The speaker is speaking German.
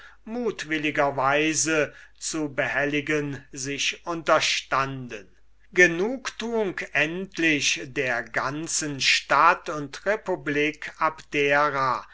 mutwilligerweise zu behelligen sich unterstanden genugtuung endlich der ganzen stadt und republik abdera